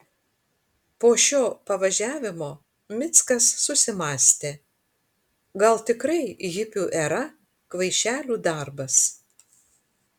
po šio pavažiavimo mickas susimąstė gal tikrai hipių era kvaišelių darbas